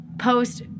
post